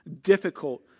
difficult